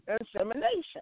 insemination